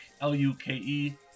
L-U-K-E